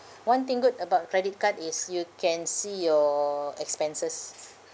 one thing good about credit card is you can see your expenses